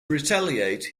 retaliate